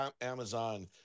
Amazon